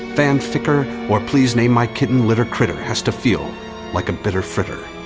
fanficcer, or please name my kitten litter critter has to feel like a bitter fritter.